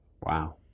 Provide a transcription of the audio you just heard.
Wow